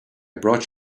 brought